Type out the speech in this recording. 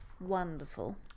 Wonderful